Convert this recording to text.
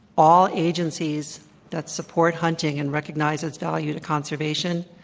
all agencies that support hunting and recognize its value to conservation,